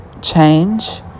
change